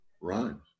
run